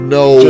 no